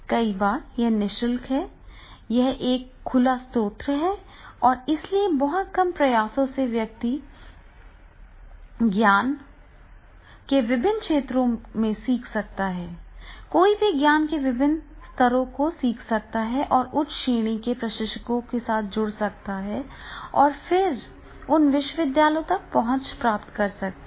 कई बार यह नि शुल्क है यह एक खुला स्रोत है और इसलिए बहुत कम प्रयासों से व्यक्ति ज्ञान के विभिन्न क्षेत्रों में सीख सकता है कोई भी ज्ञान के विभिन्न स्तरों को सीख सकता है और उच्च श्रेणी के प्रशिक्षकों के साथ जुड़ सकता है और उन विश्वविद्यालयों तक पहुंच प्राप्त कर सकता है